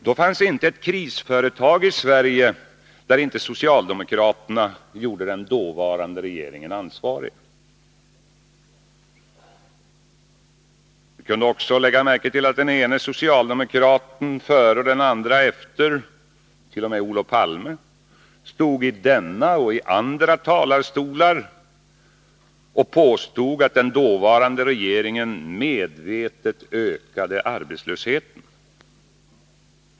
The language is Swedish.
Då fanns inte ett krisföretag i Sverige där inte socialdemokraterna gjorde den dåvarande regeringen ansvarig. Vi kunde också lägga märke till att den ene socialdemokraten före, den andre efter —t.o.m. Olof Palme — stod i denna och andra talarstolar och påstod att den dåvarande regeringen medvetet ökade arbetslösheten.